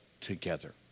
together